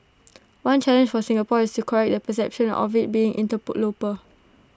one challenge for Singapore is to correct the perception of IT being